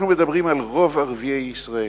אנחנו מדברים על רוב ערביי ישראל,